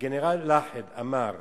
הגנרל לאחד אמר